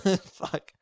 Fuck